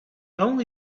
only